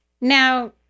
Now